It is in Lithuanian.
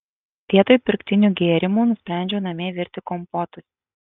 vietoj pirktinių gėrimų nusprendžiau namie virti kompotus